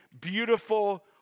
beautiful